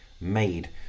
made